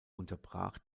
unterbrach